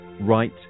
right